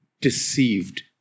deceived